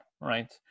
right